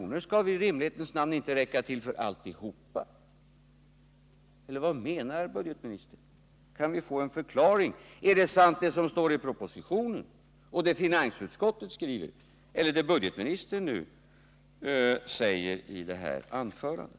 skall väl i rimlighetens namn inte räcka till för att kompensera alltihop? Vad menar budgetministern med det här uttalandet? Kan vi få en förklaring om det som gäller är det som står i propositionen och i finansutskottets skrivning eller det som budgetministern sade i sitt anförande?